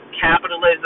capitalism